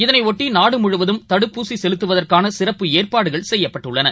இதனையொட்டிநாடுமுழுவதும் தடுப்பூசிசெலுத்துவதற்கானசிறப்பு ஏற்பாடுகள் செய்யப்பட்டுள்ளன